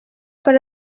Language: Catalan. per